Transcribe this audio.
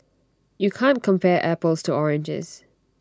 you can't compare apples to oranges